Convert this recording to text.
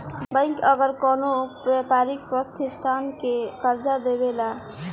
bank अगर कवनो व्यापारिक प्रतिष्ठान के कर्जा देवेला